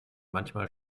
manchmal